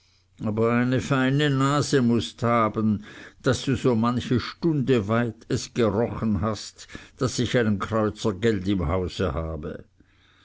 aber eine feine nase mußt haben daß du so manche stunde weit es gerochen hast daß ich einen kreuzer geld im hause habe